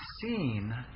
seen